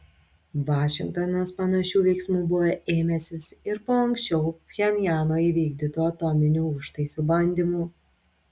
vašingtonas panašių veiksmų buvo ėmęsis ir po anksčiau pchenjano įvykdytų atominių užtaisų bandymų